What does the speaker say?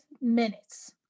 minutes